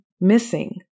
missing